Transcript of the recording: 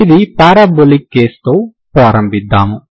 ఇది పారాబొలిక్ కేస్తో ప్రారంబిద్దాము